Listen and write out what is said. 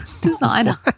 designer